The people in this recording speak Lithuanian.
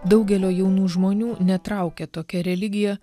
daugelio jaunų žmonių netraukia tokia religija